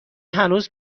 هنوز